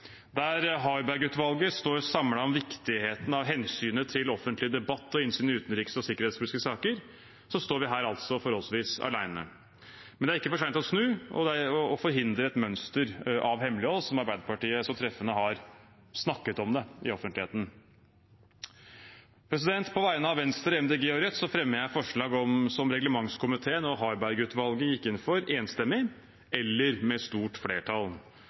Der Harberg-utvalget står samlet om viktigheten av hensynet til offentlig debatt og innsyn i utenriks- og sikkerhetspolitiske saker, står vi her forholdsvis alene. Men det er ikke for sent å snu og forhindre et mønster av hemmelighold, sånn som Arbeiderpartiet så treffende har snakket om det i offentligheten. På vegne av Venstre, Miljøpartiet De Grønne og Rødt fremmer jeg forslag som reglementskomiteen og Harberg-utvalget gikk inn for, enstemmig eller med stort flertall.